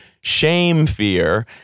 shame-fear